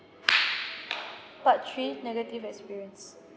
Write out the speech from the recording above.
part three negative experience